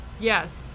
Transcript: yes